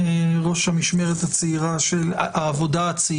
ראש המשמרת הצעירה בעבודה,